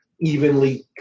evenly